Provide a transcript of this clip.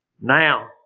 now